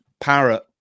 Parrot